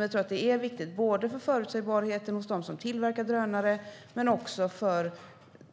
Vi tror att det är viktigt, både för förutsägbarheten för dem som tillverkar drönare och för